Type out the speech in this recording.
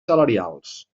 salarials